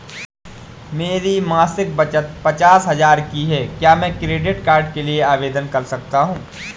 मेरी मासिक बचत पचास हजार की है क्या मैं क्रेडिट कार्ड के लिए आवेदन कर सकता हूँ?